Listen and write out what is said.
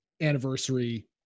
anniversary